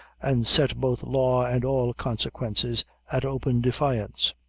and set both law and all consequences at open defiance.